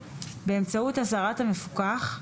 באמצעות אזהרת המפוקח,